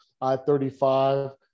I-35